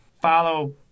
follow